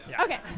Okay